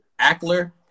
Ackler